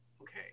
Okay